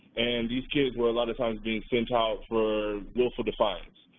and these kids were a lot of times being sent out for willful defiance,